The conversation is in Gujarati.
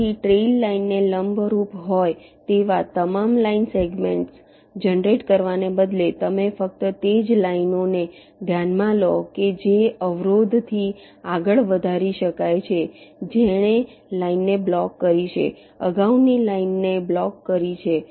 તેથી ટ્રેઇલ લાઇનને લંબરૂપ હોય તેવા તમામ લાઇન સેગમેન્ટ્સ જનરેટ કરવાને બદલે તમે ફક્ત તે જ લાઇનોને ધ્યાનમાં લો કે જે અવરોધથી આગળ વધારી શકાય છે જેણે લાઇનને બ્લોક કરી છે અગાઉની લાઇનને બ્લોક કરી છે